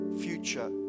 future